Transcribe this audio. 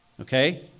okay